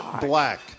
black